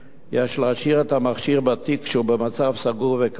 יש להשאיר את המכשיר בתיק במצב סגור וכבוי.